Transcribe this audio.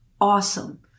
awesome